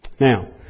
Now